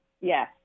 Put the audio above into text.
Yes